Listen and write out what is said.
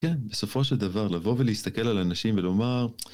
כן, בסופו של דבר לבוא ולהסתכל על האנשים ולומר...